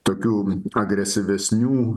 tokių agresyvesnių